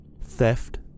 theft